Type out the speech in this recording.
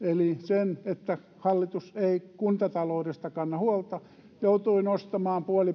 eli sen että hallitus ei kuntataloudesta kanna huolta nostamaan puoli